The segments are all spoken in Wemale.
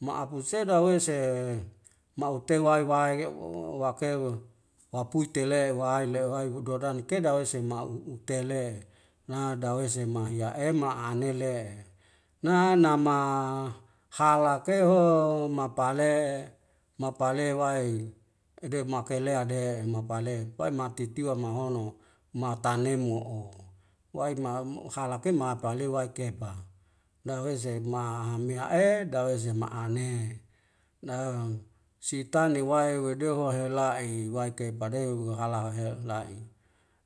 Ma'akuse dawese ma'ute wae wae eo wakewa waipute le wahai le uha'awai le uha'wai dodan ke dawese se mau'u u tele na dawese mahiya ema anele na nama halake ho mapale mapale wae ede makelea de mapale pai matitiwa mahono matane mo'o waima mu halak ke mapaleou waik ke pa dawei sa ma me a'e dawese ma'ane daeum sitane wae wadehu huhedehola'i waike padeo hala he'lahi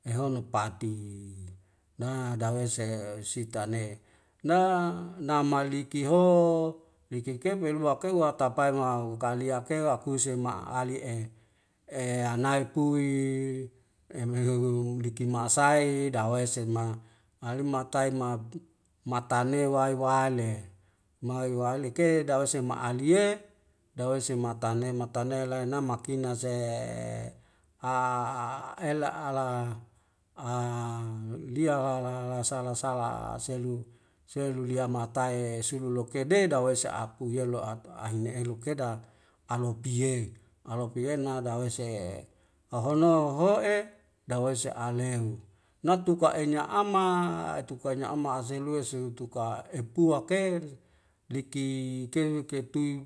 mehono padi na dawese sitane na nama liki ho liki kep weluak ke u'atapae nga ukalia ke wa'akuse ma'ale'e eanae pui ememeum diki ma'asai dawese ma malimi ma tai map matane wai wale mai walek ke dawese ma'alie dawese matane matane laen na makina se a ela ala a lia sala sala selu selu lia mahatae e sulu lokede dawei si aipuielo'a tu ahine luk'e da alopie alopie na dawese he'e ahono ho'e dawese ale hu natuka enya ama tuka nya ama azelue si utuk'a epuak e liki kehwi ketui